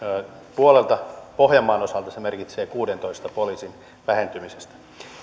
puolelta pohjanmaan osalta se merkitsee kuudentoista poliisin vähentymistä